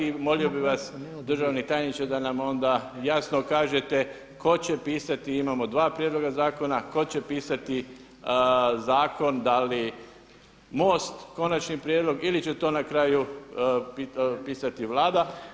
I molio bih vas državni tajniče da nam onda jasno kažete tko će pisati imamo dva prijedloga zakona, tko će pisati zakon, da li MOST konačni prijedlog ili će to na kraju pisati Vlada?